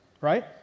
right